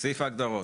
סעיף ההגדרות.